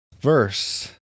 Verse